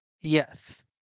Yes